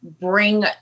bring